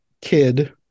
kid